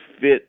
fit